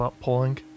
pulling